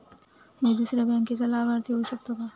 मी दुसऱ्या बँकेचा लाभार्थी होऊ शकतो का?